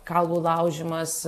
kaulų laužymas